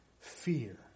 fear